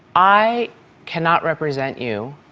i cannot represent you,